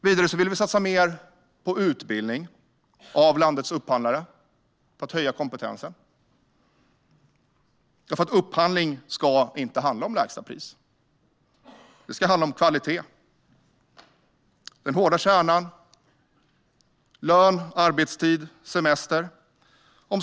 Vidare vill vi satsa mer på utbildning av landets upphandlare, höja kompetensen, för upphandling ska inte handla om lägsta pris. Det ska handla om kvalitet och om den hårda kärnan - lön, arbetstid och semester.